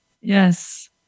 Yes